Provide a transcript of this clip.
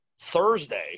thursday